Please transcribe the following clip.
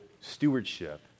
Stewardship